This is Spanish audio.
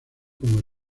como